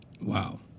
Wow